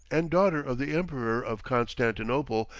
and daughter of the emperor of constantinople,